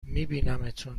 میبینمتون